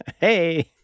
Hey